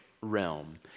realm